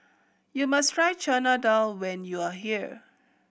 you must try Chana Dal when you are here